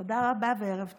תודה רבה וערב טוב.